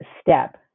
step